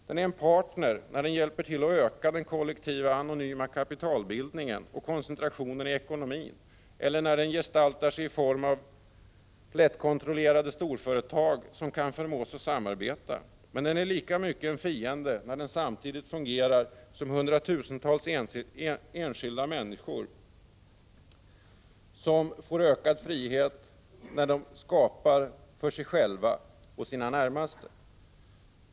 Den är en partner när den hjälper till att öka den kollektiva anonyma kapitalbildningen och koncentrationen i ekonomin eller när den gestaltar sig i form av lättkontrollerade storföretag som kan förmås att samarbeta, men den är lika mycket en fiende när den innebär att hundratusentals enskilda människor får ökad frihet och skapar för sig själva och sina närmaste.